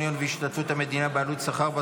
יום בהשתתפות המדינה בעלות שכר הלימוד בו,